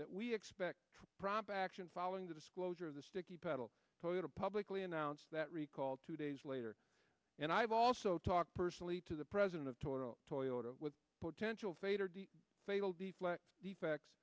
that we expect prop action following the disclosure of the sticky pedal pota publicly announced that recall two days later and i've also talked personally to the president of total toilet with potential fader they will deflect the facts